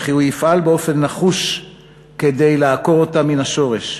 וכי הוא יפעל באופן נחוש כדי לעקור אותה מן השורש.